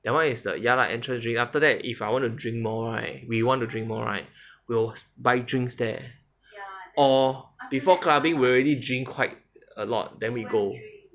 that one is the ya lah entrance drink after that if I want to drink more we want to drink more right we will buy drinks there or before clubbing we already drink quite a lot then we go